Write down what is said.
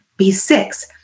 B6